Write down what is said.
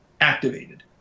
activated